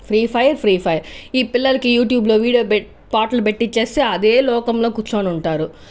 free fire free fire ఈ పిల్లలకి యూట్యూబ్లో వీడియో పాటలు పెట్టిస్తే అదే లోకంలో కూర్చొని ఉంటారు